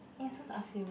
yeah I supposed to ask you